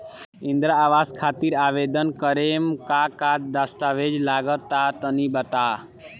इंद्रा आवास खातिर आवेदन करेम का का दास्तावेज लगा तऽ तनि बता?